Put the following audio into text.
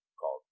called